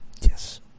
Yes